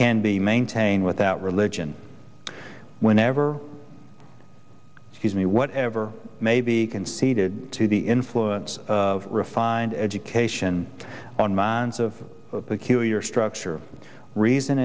can be maintained without religion whenever any whatever may be conceded to the influence of refined education on minds of peculiar structure reason